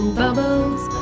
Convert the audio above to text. bubbles